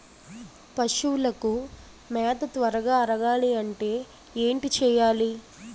పశువులకు మేత త్వరగా అరగాలి అంటే ఏంటి చేయాలి?